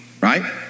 right